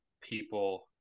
people